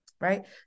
right